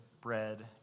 bread